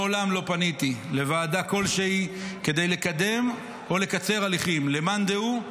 מעולם לא פניתי לוועדה כלשהי כדי לקדם או לקצר הליכים למאן דהוא,